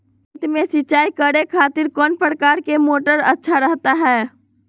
खेत में सिंचाई करे खातिर कौन प्रकार के मोटर अच्छा रहता हय?